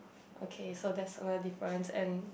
okay so that's another difference and